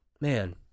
man